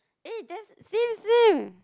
eh that's same same